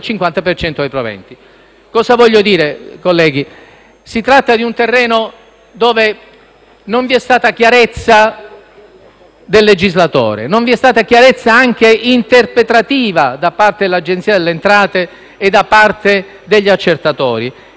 cento dei proventi. Cosa voglio dire, colleghi? Si tratta di un terreno dove non vi è stata chiarezza del legislatore e non vi è stata chiarezza, anche interpretativa, da parte dell'Agenzia delle entrate e da parte degli accertatori.